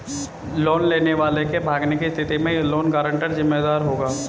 loan लेने वाले के भागने की स्थिति में लोन गारंटर जिम्मेदार होगा